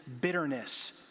bitterness